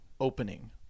opening